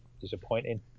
disappointing